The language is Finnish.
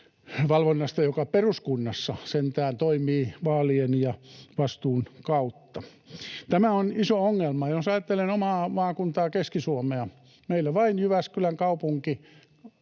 valvonnasta, joka peruskunnassa sentään toimii vaalien ja vastuun kautta. Tämä on iso ongelma. Jos ajattelen omaa maakuntaa, Keski-Suomea, meillä vain Jyväskylän kaupunki